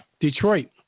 Detroit